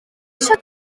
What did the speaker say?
eisiau